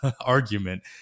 argument